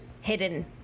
hidden